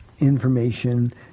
information